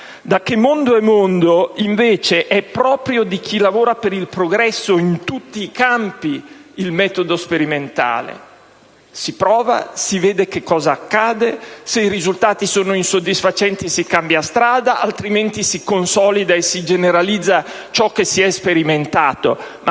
Da che mondo è mondo, invece, è proprio di chi lavora per il progresso, in tutti i campi, il metodo sperimentale: si prova, si vede che cosa accade, se i risultati sono insoddisfacenti si cambia strada, altrimenti si consolida e si generalizza ciò che si è sperimentato.